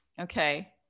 okay